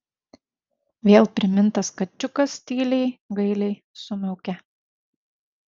vėl primintas kačiukas tyliai gailiai sumiaukė